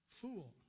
Fool